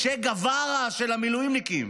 צ'ה גווארה של המילואימניקים.